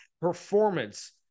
performance